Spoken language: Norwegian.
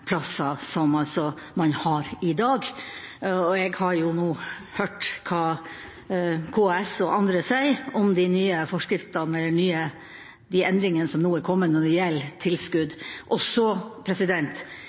plasser som man har i dag. Og jeg har jo nå hørt hva KS og andre sier om de nye forskriftene, eller de endringene som nå er kommet, når det gjelder tilskudd.